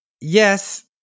yes